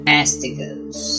Mastigos